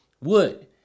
wood